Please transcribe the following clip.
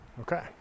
Okay